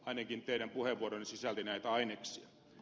ainakin teidän puheenvuoronne sisälsi näitä aineksia